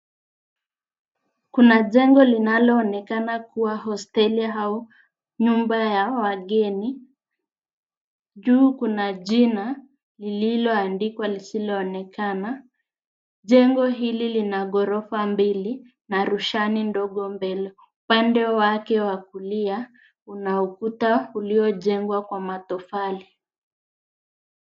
Kuna jengo linaloonekana kuwa hosteli au nyumba ya wageni. Juu kuna jina lililoandikwa lisiloonekana. Jengo hili lina ghorofa mbili na rushani ndogo mbele. Upande wake wa kulia, una ukuta uliojengwa kwa matofali.